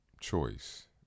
choice